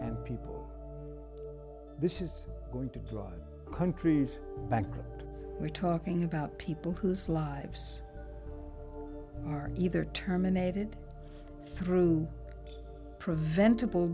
and people this is going to drive countries back but we're talking about people whose lives are either terminated through preventab